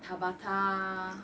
tabata